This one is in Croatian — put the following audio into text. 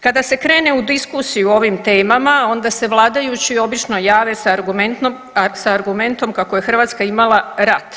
Kada se krene u diskusiju o ovim temama onda se vladajući obično jave sa argumentom kako je Hrvatska imala rat.